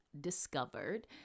discovered